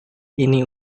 ini